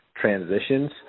transitions